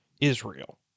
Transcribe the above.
Israel